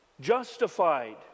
justified